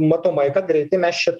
matomai kad greitai mes čia